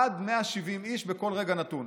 עד 170 איש בכל רגע נתון.